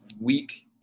week